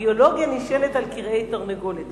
הביולוגיה נשענת על כרעי תרנגולת.